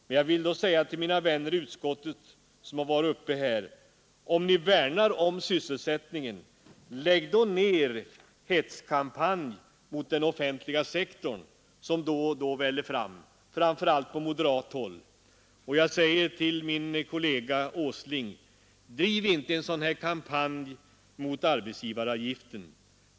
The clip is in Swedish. Men då vill jag säga till mina vänner i utskottet som haft ordet här: Vill ni värna om sysselsättningen, lägg då ned den hetskampanj mot den offentliga sektorn, som då och då väller fram särskilt på moderat håll. Och jag säger till min kollega herr Åsling: Driv inte någon kampanj mot arbetsgivaravgiften!